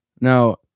now